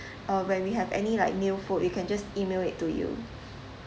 uh when we have any like new food we can just email it to you